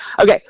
Okay